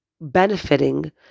benefiting